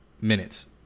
minutes